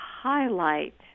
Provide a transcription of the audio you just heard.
highlight